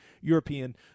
European